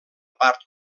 part